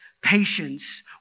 patience